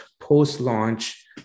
post-launch